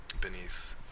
beneath